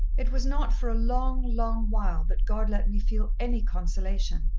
it was not for a long, long while that god let me feel any consolation.